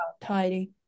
tidy